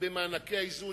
ובמענקי האיזון.